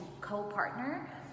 co-partner